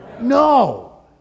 No